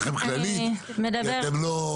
אבל אני אגיד לכם כללית שאתם לא,